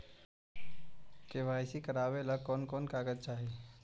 KYC करावे ले कोन कोन कागजात चाही?